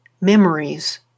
memories